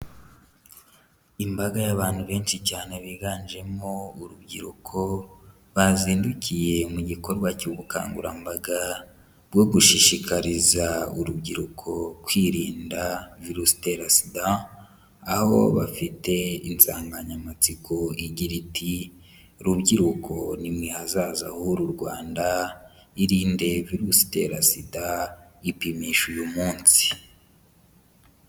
Imbaga y'abantu benshi cyane biganjemo urubyiruko bazindukiye mu gikorwa cy'ubukangurambaga bwo gushishikariza urubyiruko kwirinda Virusi itera SIDA, aho bafite insanganyamatsiko igira iti " Rubyiruko ni mwe hazaza h'uru Rwanda, irinde Virusi itera SIDA ipimishe uyu munsi".